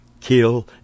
kill